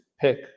pick